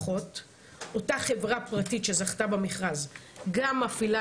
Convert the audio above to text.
ואותה חברה פרטית שזכתה במכרז גם מפעילה